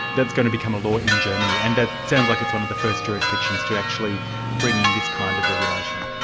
that's going to become a law in germany, and that sounds like it's one of the first jurisdictions to actually bring in this kind of regulation.